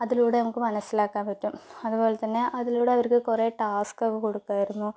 അതിലൂടെ നമുക്ക് മനസിലാക്കാൻ പറ്റും അതുപോലെ തന്നെ അതിലൂടെ അവർക്ക് കുറേ ടാസ്ക് ഒക്കെ കൊടുക്കുമായിരുന്നു